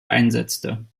einsetzte